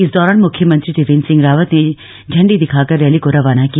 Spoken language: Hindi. इस दौरान मख्यमंत्री त्रिवेन्द्र सिंह रावत ने झंडी दिखाकर रैली को रवाना किया